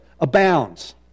abounds